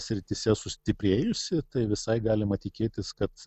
srityse sustiprėjusi tai visai galima tikėtis kad